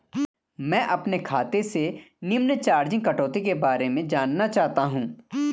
मैं अपने खाते से निम्न चार्जिज़ कटौती के बारे में जानना चाहता हूँ?